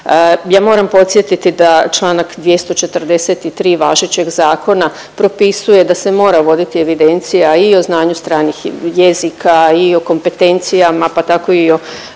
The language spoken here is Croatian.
Ja moramo podsjetiti da čl. 243 važećeg zakona propisuje da se mora voditi evidencija i o znanju stranih jezika i o kompetencijama pa tako i o